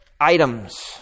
items